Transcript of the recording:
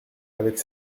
avec